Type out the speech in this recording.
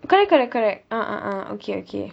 correct correct correct ah ah ah okay okay